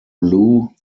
blue